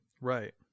Right